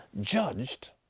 judged